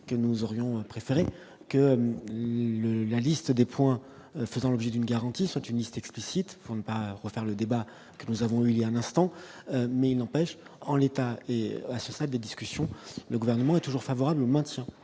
que nous aurions préféré que le la liste des points faisant l'objet d'une garantie soit une liste explicite pour ne pas refaire le débat que nous avons, il y a un instant, mais il n'empêche qu'en l'état et à ce stade des discussions, le gouvernement a toujours favorablement